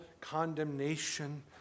condemnation